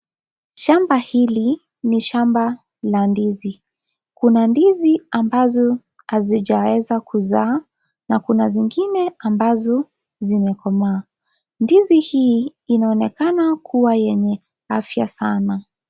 Shamba hili ni shamba la ndizi. Kuna ndizi ambazo hazijaweza kuzaa na kuna zingine ambazo zimekomaa. Ndizi hii inaonekana kuwa yenye afya sana.